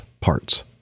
parts